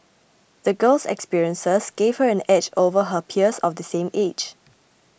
the girl's experiences gave her an edge over her peers of the same age